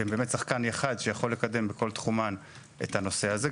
והם באמת שחקן אחד שיכול לקדם בכל תחומן את הנושא הזה.